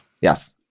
Yes